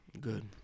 Good